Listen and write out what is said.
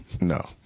no